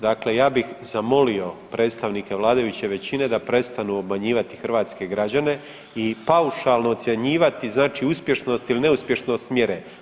dakle ja bih zamolio predstavnike vladajuće većine da prestanu obmanjivati hrvatske građane i paušalno ocjenjivati znači uspješnost ili neuspješnost mjere.